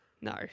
No